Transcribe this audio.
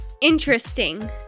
interesting